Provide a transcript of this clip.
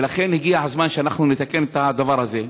ולכן הגיע הזמן שאנחנו נתקן את הדבר הזה.